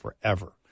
forever